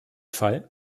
fall